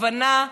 הבנה,